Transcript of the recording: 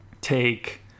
take